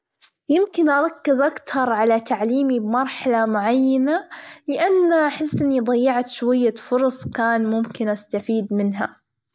يمكن أركز أكتر على تعليمي مرحلة معينة لأنا أحس أني ضيعت شوية فرص كان ممكن أستفيد منها.